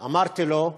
אמרתי לו,